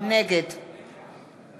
נגד